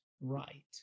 right